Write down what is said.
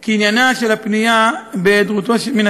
כי עניינה של הפנייה בהיעדרותו מן